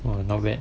!wah! not bad